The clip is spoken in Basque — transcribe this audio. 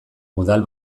udal